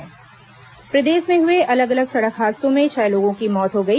दुर्घटना प्रदेश में हुए अलग अलग सड़क हादसों में छह लोगों की मौत हो गई